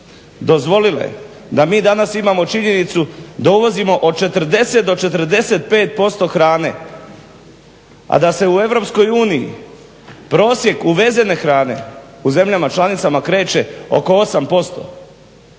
dozvolile da mi danas imamo činjenicu da uvozimo od 40-45% hrane a da se u EU prosjek uvezene hrane u zemljama članicama kreće oko 8%.